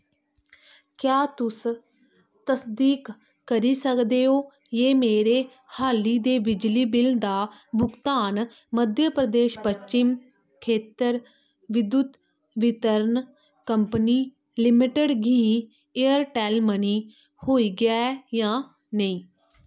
क्या तुस तसदीक करी सकदे ओ जे मेरे हाली दे बिजली बिल दा भुगतान मध्य प्रदेश पश्चिम खेत्तर विद्युत वितरण कंपनी लिमिटेड गी एयरटेल मनी होई गेआ ऐ जां नेईं